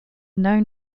known